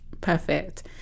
Perfect